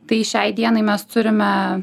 tai šiai dienai mes turime